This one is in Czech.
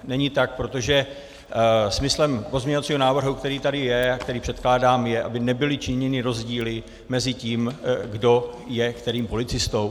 Není to tak, protože smyslem pozměňovacího návrhu, který tady je a který předkládám, je, aby nebyly činěny rozdíly mezi tím, kdo je kterým policistou.